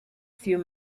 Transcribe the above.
few